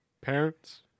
Parents